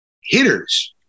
hitters